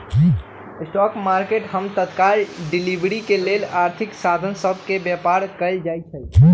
spot market हम तत्काल delivery के लेल आर्थिक साधन सभ के व्यापार कयल जाइ छइ